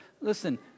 listen